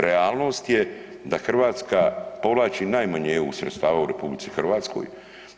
Realnost je da Hrvatska povlači najmanje EU sredstava u RH,